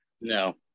no